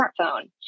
smartphone